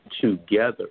together